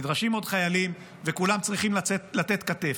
נדרשים עוד חיילים, וכולם צריכים לתת כתף.